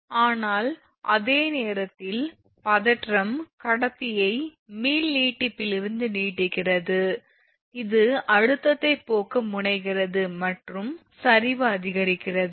ஆனால் அதே நேரத்தில் பதற்றம் கடத்தியை மீள் நீட்டிப்பிலிருந்து நீட்டுகிறது இது அழுத்தத்தை போக்க முனைகிறது மற்றும் சரிவு அதிகரிக்கிறது